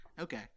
Okay